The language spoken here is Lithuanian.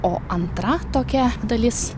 o antra tokia dalis